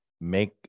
make